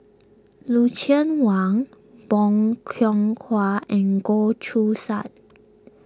Lucien Wang Bong Hiong Hwa and Goh Choo San